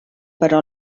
però